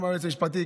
גם היועץ המשפטי,